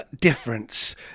difference